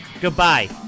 Goodbye